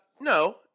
No